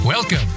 Welcome